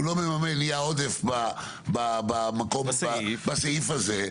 ואז נהיה עודף בסעיף הזה,